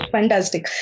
Fantastic